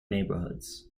neighborhoods